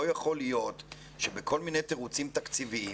לא יכול להיות שבכל מיני תירוצים תקציביים,